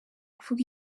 kuvuga